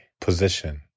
position